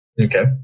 Okay